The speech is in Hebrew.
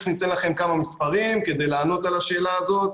תיכף ניתן לכם כמה מספרים כדי לענות על השאלה הזאת.